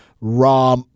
raw